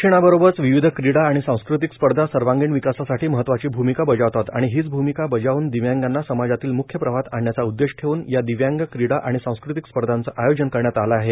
शिक्षणाबरोबरच विविध क्रीडा आणि सांस्कृतिक स्पर्धा सर्वांगीण विकासासाठी महत्वाची भूमिका बजावतात आणि हीच भूमिका बजावून दिव्यांगांना समाजातील मुख्य प्रवाहात आणण्याचा उद्देश ठेवून या दिव्यांग क्रीडा आणि सांस्कृतिक स्पर्धाचे आयोजन करण्यात आले आहे